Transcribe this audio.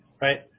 right